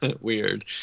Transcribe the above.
weird